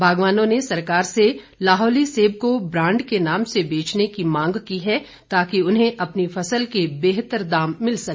बागवानों ने सरकार से लाहौली सेब को ब्रांड के नाम से बेचने की मांग की है ताकि उन्हें अपनी फसल के बेहतर दाम मिल सके